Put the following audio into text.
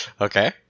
Okay